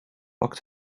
pak